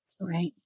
Right